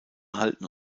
halten